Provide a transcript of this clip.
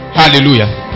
hallelujah